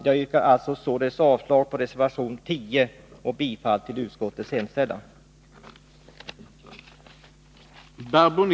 Jag yrkar således avslag på reservation 10 och bifall till utskottets hemställan.